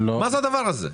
מה זה הדבר הזה?